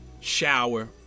shower